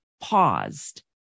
paused